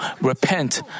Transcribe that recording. repent